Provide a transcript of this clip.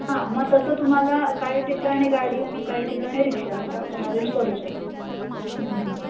हां मग तसं तुम्हाला काही ठिकाणी गाडी आणि काही ठिकाणी रिक्षा असं आपण अरेंज करू शकतो हं हं हं